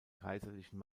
kaiserlichen